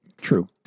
true